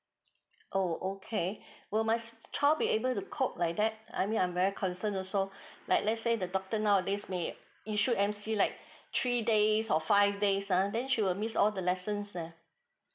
oh okay will my child be able to cope like that I mean I'm very concern also like let's say the doctor nowadays may issue M_C like three days or five days ha then she will miss all the lessons lah